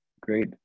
great